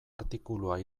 artikulua